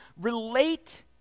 relate